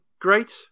Great